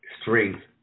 strength